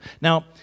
Now